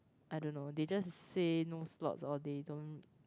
I don't know they just said no slot or they don't